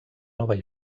nova